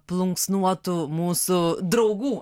plunksnuotų mūsų draugų